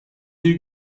bir